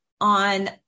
on